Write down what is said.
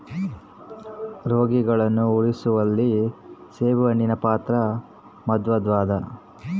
ರೋಗಿಗಳನ್ನು ಉಳಿಸುವಲ್ಲಿ ಸೇಬುಹಣ್ಣಿನ ಪಾತ್ರ ಮಾತ್ವದ್ದಾದ